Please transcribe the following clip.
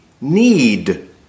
need